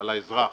על האזרח.